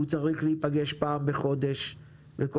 הפורום הזה צריך להיפגש פעם בחודש ושכל